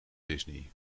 disney